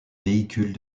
véhicules